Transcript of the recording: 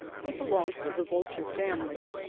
he belongs to the vulture family,